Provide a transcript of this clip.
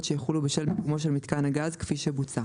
שיחולו בשל מיקומו של מיתקן הגז כפי שבוצע.